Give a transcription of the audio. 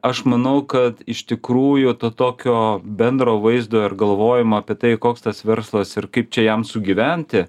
aš manau kad iš tikrųjų to tokio bendro vaizdo ir galvojimo apie tai koks tas verslas ir kaip čia jam sugyventi